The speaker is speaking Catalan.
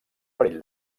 perill